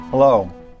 Hello